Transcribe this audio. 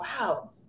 wow